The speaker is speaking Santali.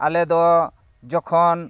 ᱟᱞᱮᱫᱚ ᱡᱚᱠᱷᱚᱱ